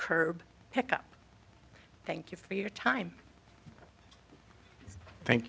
curb pickup thank you for your time thank